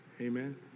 amen